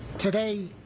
Today